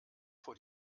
vor